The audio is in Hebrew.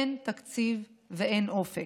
אין תקציב ואין אופק.